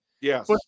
Yes